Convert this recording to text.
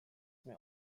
may